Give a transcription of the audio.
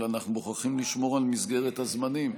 אבל אנחנו מוכרחים לשמור על מסגרת הזמנים.